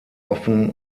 offen